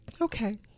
Okay